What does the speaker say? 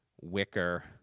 wicker